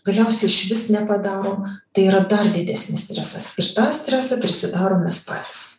galiausiai išvis nepadarom tai yra dar didesnis stresas ir tą stresą prisidarom mes patys